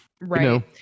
right